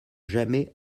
jamais